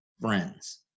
friends